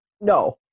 No